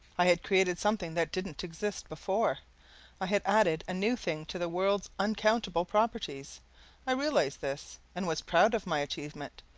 i had created something that didn't exist before i had added a new thing to the world's uncountable properties i realized this, and was proud of my achievement,